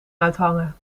uithangen